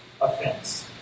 offense